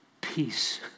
peace